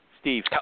Steve